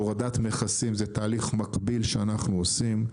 הורדת מכסים זה תהליך מקביל שאנחנו עושים.